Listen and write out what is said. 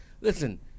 Listen